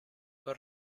con